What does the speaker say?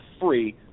free